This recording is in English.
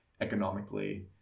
economically